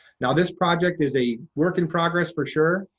now this project is a work in progress, for sure,